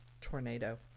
Tornado